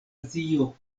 azio